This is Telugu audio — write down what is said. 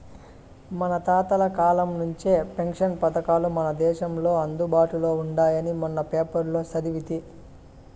మన తాతల కాలం నుంచే పెన్షన్ పథకాలు మన దేశంలో అందుబాటులో ఉండాయని మొన్న పేపర్లో సదివితి